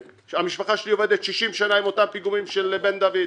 המשפחה שלי עובדת 60 שנה עם אותם פיגומים של בן דוד.